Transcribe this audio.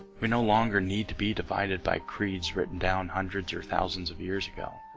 we no longer need to be divided by creeds written down hundreds or thousands of years ago